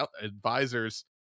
advisors